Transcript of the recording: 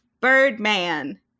Birdman